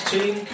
Team